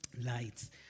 lights